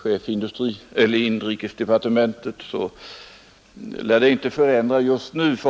Herr talman!